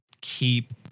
keep